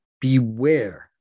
Beware